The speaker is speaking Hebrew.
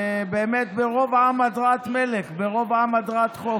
ובאמת, "ברב עם הדרת מלך" ברוב עם הדרת חוק.